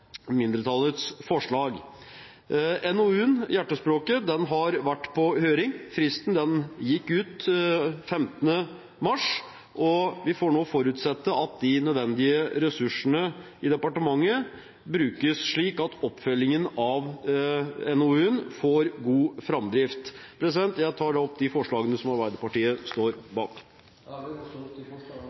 mindretallets forslag. NOU-en, Hjertespråket, har vært på høring. Fristen gikk ut 15. mars, og vi får nå forutsette at de nødvendige ressursene i departementet brukes slik at oppfølgingen av NOU-en får en god framdrift. Jeg tar opp de forslagene Arbeiderpartiet står bak. Representanten Stein Erik Lauvås har tatt opp de forslagene